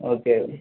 okay